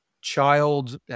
child